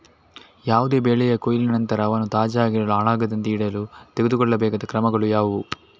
ಯಾವುದೇ ಬೆಳೆಯ ಕೊಯ್ಲಿನ ನಂತರ ಅವನ್ನು ತಾಜಾ ಆಗಿಡಲು, ಹಾಳಾಗದಂತೆ ಇಡಲು ತೆಗೆದುಕೊಳ್ಳಬೇಕಾದ ಕ್ರಮಗಳು ಯಾವುವು?